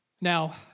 Now